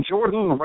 Jordan